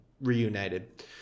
reunited